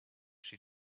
she